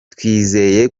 twizeye